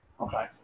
Okay